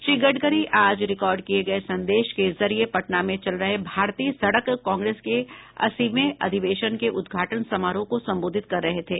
श्री गडकरी आज रिकार्ड किये गये संदेश के जरिये पटना में चल रहे भारतीय सडक कांग्रेस के अस्सीवें अधिवेशन के उदघाटन समारोह को संबोधित कर रहे थे